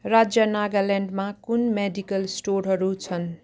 राज्य नागाल्यान्डमा कुन मेडिकल स्टोरहरू छन्